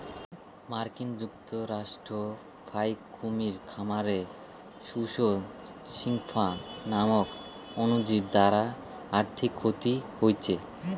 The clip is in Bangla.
মার্কিন যুক্তরাষ্ট্রর ফাইক কুমীর খামারে সুস স্ক্রফা নামক অণুজীব দ্বারা আর্থিক ক্ষতি হইচে